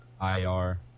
IR